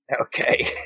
Okay